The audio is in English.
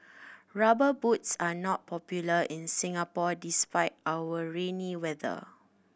Rubber Boots are not popular in Singapore despite our rainy weather